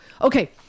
Okay